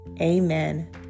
Amen